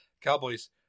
Cowboys